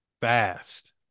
fast